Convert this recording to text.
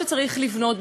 שצריך לבנות,